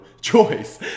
choice